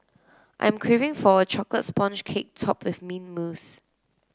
I am craving for a chocolate sponge cake topped with mint mousse